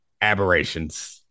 aberrations